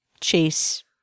chase